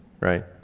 right